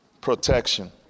protection